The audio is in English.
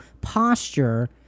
posture